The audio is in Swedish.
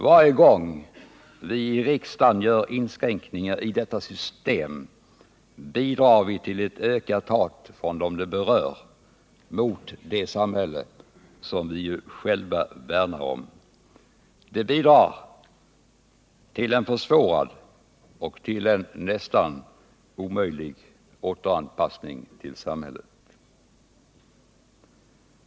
Varje gång vi i riksdagen gör inskränkningar i detta system bidrar vi till att hos dem det berör skapa ett ökat hat mot det samhälle som vi själva värnar om och till att försvåra eller nästan omöjliggöra återanpassningen till detta samhälle.